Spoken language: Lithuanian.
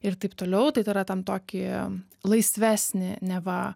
ir taip toliau tai yra tam tokį laisvesnį neva